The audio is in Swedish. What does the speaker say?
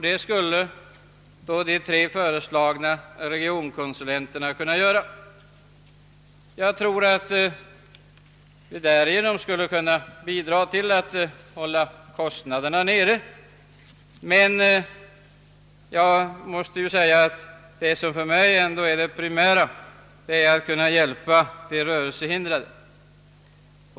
Detta skulle de tre föreslagna regionkonsulterna kunna göra. Jag tror att de skulle kunna bidra till att hålla kostnaderna nere, men det primära för mig är ändå att vi kan hjälpa de rörelsehindrade.